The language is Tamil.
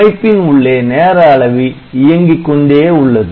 அமைப்பின் உள்ளே நேர அளவி இயங்கிக் கொண்டே உள்ளது